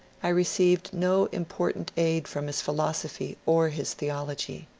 i received no important aid from his philosophy or his theology.